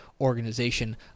organization